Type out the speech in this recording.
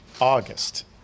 August